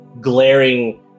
glaring